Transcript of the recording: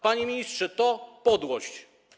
Panie ministrze, to podłość.